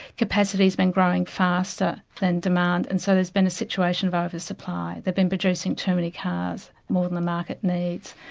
capacity's been growing faster than demand, and so there's been a situation of over-supply they've been producing too many cars, more than the market needs.